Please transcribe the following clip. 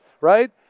Right